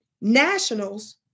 nationals